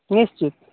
निश्चित